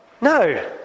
No